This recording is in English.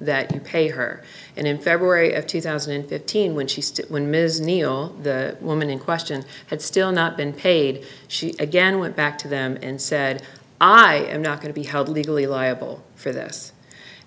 that you pay her and in february of two thousand and fifteen when she stood when ms neal the woman in question had still not been paid she again went back to them and said i am not going to be held legally liable for this